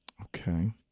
Okay